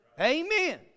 Amen